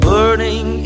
Burning